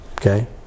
Okay